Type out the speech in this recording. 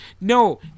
No